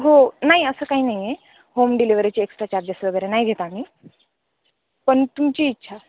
हो नाही असं काही नाही आहे होम डिलेवरीचे एक्स्ट्रा चार्जेस वगैरे नाही घेत आम्ही पण तुमची इच्छा